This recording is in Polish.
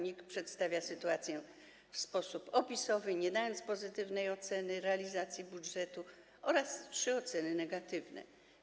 NIK przedstawia sytuację w sposób opisowy, nie dając pozytywnej oceny realizacji budżetu oraz dając trzy oceny negatywne.